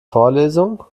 vorlesung